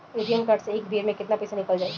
ATM card से एक बेर मे केतना पईसा निकल जाई?